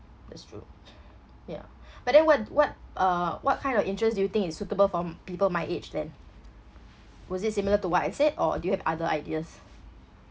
that's true yeah but then what what uh what kind of insurance do you think is suitable for people my age then was it similar to what I said or do you have other ideas